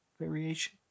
variation